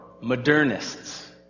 modernists